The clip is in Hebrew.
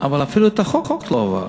אבל אפילו שהחוק לא עבר,